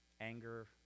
anger